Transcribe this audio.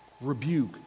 rebuke